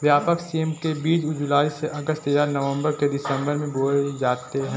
व्यापक सेम के बीज जुलाई से अगस्त या नवंबर से दिसंबर में बोए जाते हैं